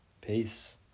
Peace